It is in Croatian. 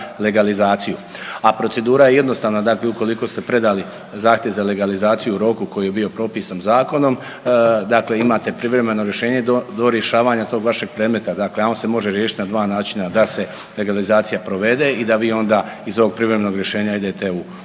A procedura je jednostavna, dakle ukoliko ste predali zahtjev za legalizaciju u roku koji je bio propisan zakonom dakle imate privremeno rješenje do rješavanja tog vašeg predmeta, a on se može riješiti na dva način da se legalizacija provede i da vi onda iz ovog privremenog rješenja idete u konačno